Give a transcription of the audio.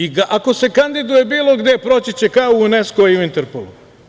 I ako se kandiduje bilo gde, proći će kao u UNESKO i u Interpolu.